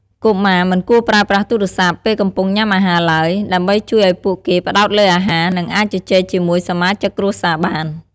កុមារមិនគួរប្រើប្រាស់ទូរស័ព្ទ ពេលកំពុងញ៉ាំអាហារឡើយ ដើម្បីជួយឲ្យពួកគេផ្តោតលើអាហារ និងអាចជជែកជាមួយសមាជិកគ្រួសារបាន។